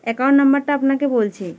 account নাম্বারটা আপনাকে বলছি